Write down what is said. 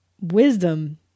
wisdom